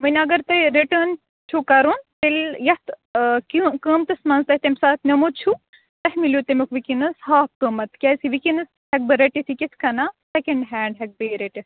وۄنۍ اگرتُہۍ یہِ رِٹٲرٕن چھوکَرُن تیٚلہِ یَتھ قۭمتَس منٛزتۄہہِ تَمہِ ساتہٕ نیٛومُت چھوتۄہہ ملیوتمیُک وُنٛکِیٚنَس ہاف قۭمَت کیازِکِہ وُنٛکِیٚنَس ہیٚکہٕ بہٕ رٔٹتھ یہِ کتھ کنیٚتھ سِیٚکنٛڈ ہینڈ ہیٚکہٕ بہٕ یہِ رٔٹِتھ